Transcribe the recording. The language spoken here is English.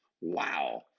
Wow